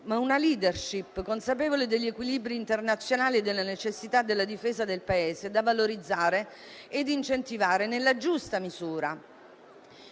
ma la *leadership* è consapevole degli equilibri internazionali e della necessità della difesa del Paese, da valorizzare ed incentivare nella giusta misura.